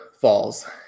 falls